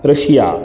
Russia